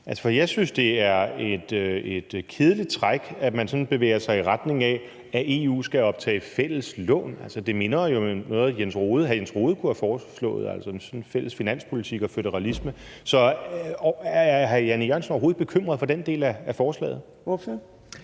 jeg synes, det er et kedeligt træk, at man sådan bevæger sig i retning af, at EU skal optage fælles lån. Det minder jo om noget, hr. Jens Rohde kunne have foreslået, altså sådan en fælles finanspolitik og føderalisme. Så er hr. Jan E. Jørgensen overhovedet bekymret for den del af forslaget? Kl.